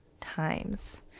times